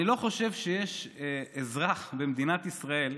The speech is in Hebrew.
אני לא חושב שיש אזרח במדינת ישראל,